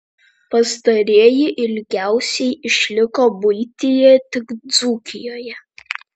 pastarieji ilgiausiai išliko buityje tik dzūkijoje